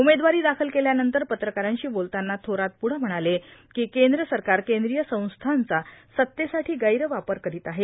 उमेदवारी दाखल केल्यानंतर पत्रकारांशी बोलताना थोरात पुढं म्हणाले की केंद्र सरकार केंद्रीय संस्थांचा सत्तेसाठी गैरवापर करीत आहे